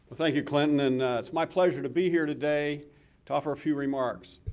thank you, clinton, and it's my pleasure to be here today to offer a few remarks.